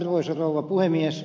arvoisa rouva puhemies